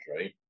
right